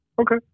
Okay